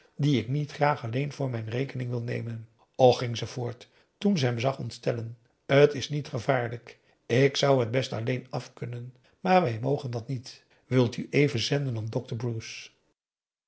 die ik niet graag alleen voor mijn rekening wil nemen och ging ze voort toen ze hem zag ontstellen t is niet gevaarlijk ik zou het best alleen afkunnen maar wij mogen dat niet wilt u even zenden om dokter